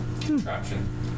contraption